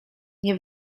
nie